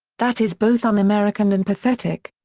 that is both un-american and pathetic.